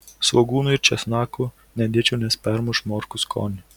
svogūnų ir česnakų nedėčiau nes permuš morkų skonį